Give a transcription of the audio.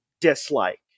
dislike